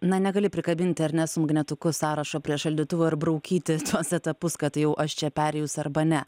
na negali prikabinti ar ne su magnetuku sąrašo prie šaldytuvo ir braukyti tuos etapus kad jau aš čia perėjus arba ne